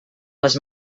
les